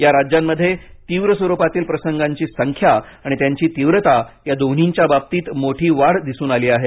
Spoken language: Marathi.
या राज्यांमध्ये तीव्र स्वरुपातील प्रसंगांची संख्या आणि त्यांची तीव्रता या दोन्हींच्य बाबतीत मोठी वाढ दिसून आली आहे